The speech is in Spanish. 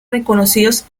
reconocidos